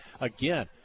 again